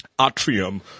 Atrium